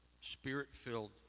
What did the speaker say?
spirit-filled